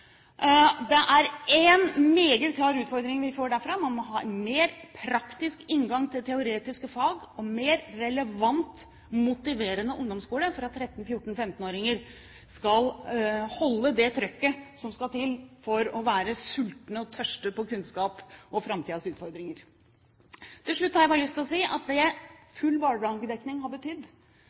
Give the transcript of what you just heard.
Det er én meget klar utfordring vi får derfra – man må ha en mer praktisk inngang til teoretiske fag og en mer relevant, motiverende ungdomsskole for at 13-, 14- og 15-åringer skal holde det trykket som skal til for å være sultne og tørste på kunnskap og framtidens utfordringer. Til slutt har jeg bare lyst til å si at det full barnehagedekning har betydd,